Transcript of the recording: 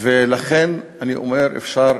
ולכן אני אומר שאפשר